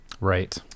Right